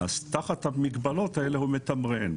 תחת המגבלות האלה הוא מתמרן.